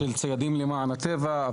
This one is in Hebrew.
של ציידים למען הטבע.